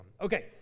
Okay